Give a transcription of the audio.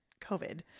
COVID